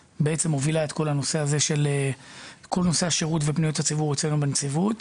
שמובילה את כל נושא השירות ופניות הציבור אצלנו בנציבות.